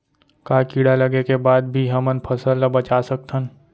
का कीड़ा लगे के बाद भी हमन फसल ल बचा सकथन?